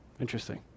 Interesting